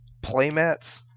playmats